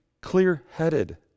clear-headed